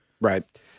Right